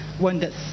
wonders